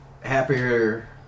happier